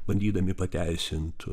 bandydami pateisint